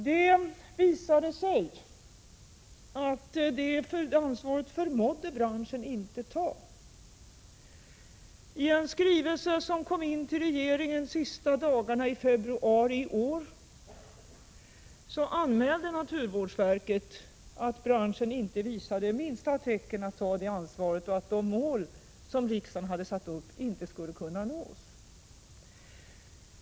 Det visade sig att branschen inte förmådde att ta detta ansvar. I en skrivelse som inkom till regeringen de sista dagarna i februari i år anmälde naturvårdsverket att branschen inte visade minsta tecken till att ta detta ansvar och att de mål som riksdagen hade satt upp inte skulle kunna uppnås.